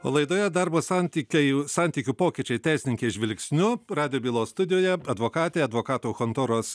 laidoje darbo santykiai santykių pokyčiai teisininkės žvilgsniu radijo bylos studijoje advokatė advokatų chontoros